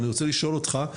אני רוצה לשאול אותך,